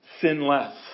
sinless